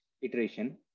iteration